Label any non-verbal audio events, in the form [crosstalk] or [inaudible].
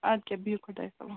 اَدٕ کہِ بہیٛو خۄدایَس [unintelligible]